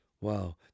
Wow